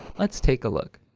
let's take a look.